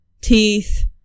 teeth